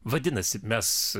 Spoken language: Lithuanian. vadinasi mes